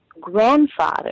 grandfather